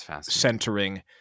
centering